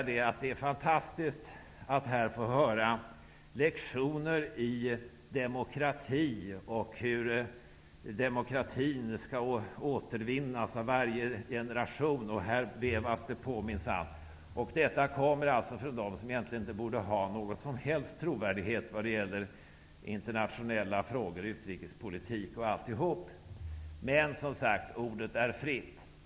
Det är fantastiskt att här få lektioner i demokrati och om hur demokratin skall återvinnas av varje generation. Här vevas det minsann på. Detta kommer från dem som inte borde ha någon som helst trovärdighet vad det gäller internationella frågor och utrikespolitik. Men, som sagt, ordet är fritt. Herr talman!